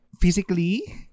physically